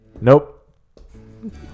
Nope